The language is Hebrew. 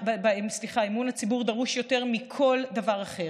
שבה אמון הציבור דרוש יותר מכל דבר אחר,